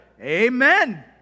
Amen